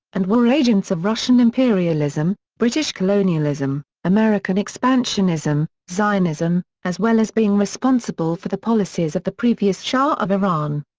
and were agents of russian imperialism, british colonialism, american expansionism, zionism, as well as being responsible for the policies of the previous shah of iran.